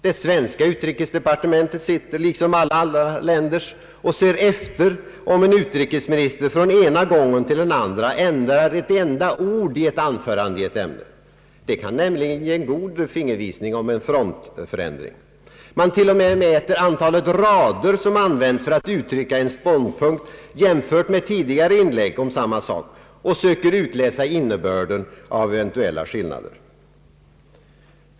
Det svenska utrikesdepartementet sitter liksom alla andra länders och ser efter om en utrikesminister från den ena gången till den andra ändrar något enda ord i ett anförande i ett ämne. Det kan nämligen ge en god fingervisning om en frontförändring. Man t.o.m. mäter antalet rader som används för att uttrycka en ståndpunkt jämfört med tidigare inlägg i samma sak och söker utläsa innebörden av eventuella skillnader.